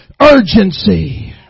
urgency